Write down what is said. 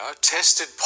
tested